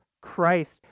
Christ